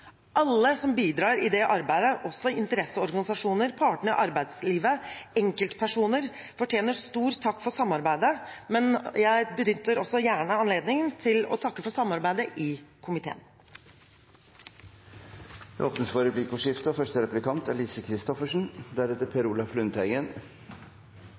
Alle som bidrar i det arbeidet, også interesseorganisasjoner, partene i arbeidslivet og enkeltpersoner, fortjener stor takk for samarbeidet, men jeg benytter også gjerne anledningen til å takke for samarbeidet i komiteen. Det blir replikkordskifte. Individets frihet, familienes valgfrihet – jeg regner med at det er